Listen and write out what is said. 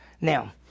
Now